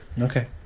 Okay